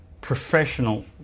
professional